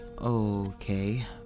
Okay